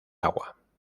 agua